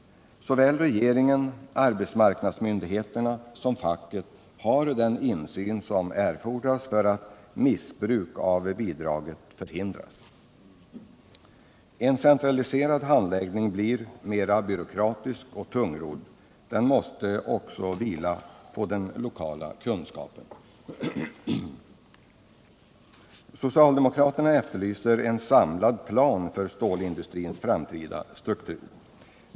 Såväl regeringen och arbetsmarknadsmyndigheterna som facket har den insyn som erfordras för att missbruk av bidraget skall kunna förhindras. En centraliserad handläggning blir mera byråkratisk och tungrodd. Handläggningen måste också vila på den lokala kunskapen. En samlad plan för stålindustrins framtida struktur efterlyses av socialdemokraterna.